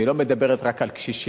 והיא לא מדברת רק על קשישים,